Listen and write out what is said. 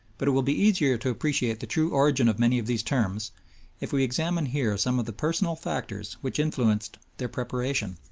but it will be easier to appreciate the true origin of many of these terms if we examine here some of the personal factors which influenced their preparation.